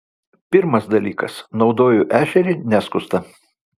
pirmas dalykas naudoju ešerį neskustą